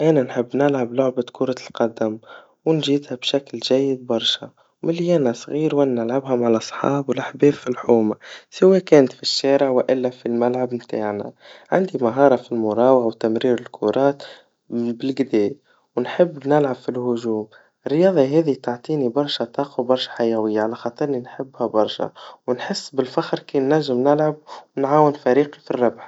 الرياضا هيا جربت نلعب شويا تنس, أنا منجحتش بصراحا بتنسيق الحركات بالشكل الصحيح, وديما نلقى برشا صعوبات, خاصة كيفاش نضرب الكرا بطريقا باهيا, رغم ان اللعبا متعا برشا وتعجبني, هم الله غالب منجمش نلعبها, راحت آني منيش قادر نتقنها كيما يجب, على خاطرها تستحق إنه واحد يتعلمها من اللي هوا صغير, وديما نضيع في الكرات ومنضربهاش بالباهي.